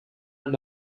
and